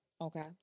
Okay